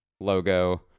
logo